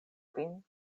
vin